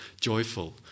joyful